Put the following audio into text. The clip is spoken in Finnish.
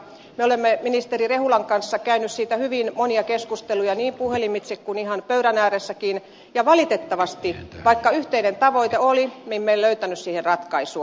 me olemme ministeri rehulan kanssa käyneet siitä hyvin monia keskusteluja niin puhelimitse kuin ihan pöydän ääressäkin ja valitettavasti vaikka yhteinen tavoite oli me emme löytäneet siihen ratkaisua